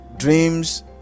Dreams